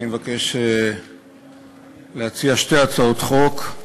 אני מבקש להציע שתי הצעות חוק,